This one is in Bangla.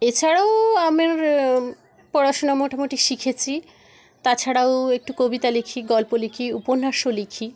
এছাড়াও আমার পড়াশোনা মোটামোটি শিখেছি তাছাড়াও একটু কবিতা লিখি গল্প লিখি উপন্যাসও লিখি